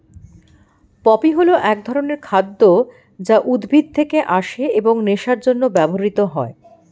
poppy হল এক ধরনের খাদ্য যা উদ্ভিদ থেকে আসে এবং নেশার জন্য ব্যবহৃত হয়